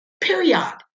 Period